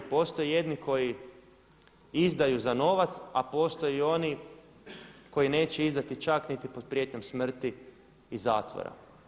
Postoje jedni koji izdaju za novac, a postoje oni koji neće izdati čak niti pod prijetnjom smrti i zatvora.